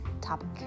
topic